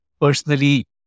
personally